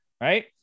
right